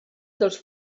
dels